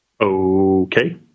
Okay